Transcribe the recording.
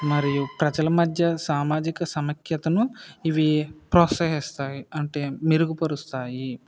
మరియు ప్రజల మధ్య సామాజిక సమైక్యతను ఇవి ప్రోత్సహిస్తాయి అంటే మెరుగు పరుస్తాయి